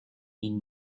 need